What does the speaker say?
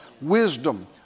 Wisdom